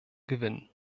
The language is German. gewinnen